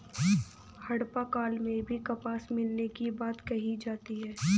हड़प्पा काल में भी कपास मिलने की बात कही जाती है